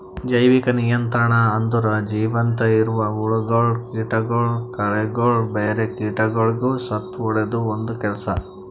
ಜೈವಿಕ ನಿಯಂತ್ರಣ ಅಂದುರ್ ಜೀವಂತ ಇರವು ಹುಳಗೊಳ್, ಕೀಟಗೊಳ್, ಕಳೆಗೊಳ್, ಬ್ಯಾರೆ ಕೀಟಗೊಳಿಗ್ ಸತ್ತುಹೊಡೆದು ಒಂದ್ ಕೆಲಸ